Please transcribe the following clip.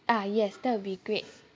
uh yes that will be great